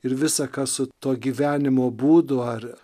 ir visa ką su tuo gyvenimo būdu ar